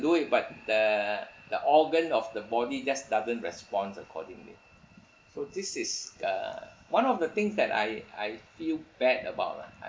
do it but the the organ of the body just doesn't responds accordingly so this is uh one of the things that I I feel bad about lah